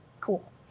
cool